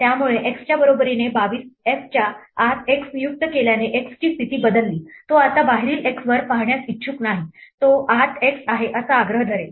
त्यामुळे x च्या बरोबरीने 22 f च्या आत x नियुक्त केल्याने x ची स्थिती बदलली तो आता बाहेरील x वर पाहण्यास इच्छुक नाही तो आत x आहे असा आग्रह धरेल